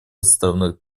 островных